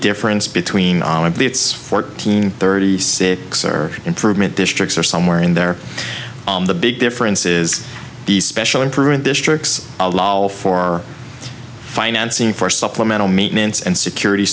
difference between all of the it's fourteen thirty six or improvement districts or somewhere in there the big difference is these special improvement districts allow for financing for supplemental meat mince and security